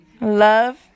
Love